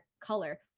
color